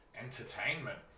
Entertainment